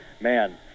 Man